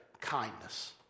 kindness